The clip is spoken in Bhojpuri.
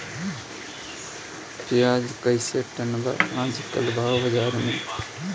प्याज कइसे टन बा आज कल भाव बाज़ार मे?